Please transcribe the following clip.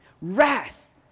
wrath